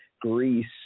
Greece